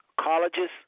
Colleges